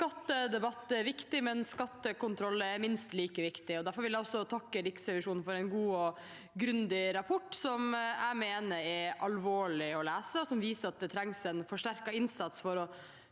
Skattede- batt er viktig, men skattekontroll er minst like viktig. Derfor vil jeg takke Riksrevisjonen for en god og grundig rapport, som jeg mener er alvorlig lesning, og som viser at det trengs en forsterket innsats for å